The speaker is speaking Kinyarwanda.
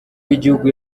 w’igihugu